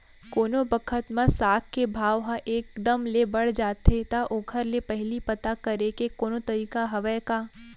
कोनो बखत म साग के भाव ह एक दम ले बढ़ जाथे त ओखर ले पहिली पता करे के कोनो तरीका हवय का?